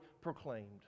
proclaimed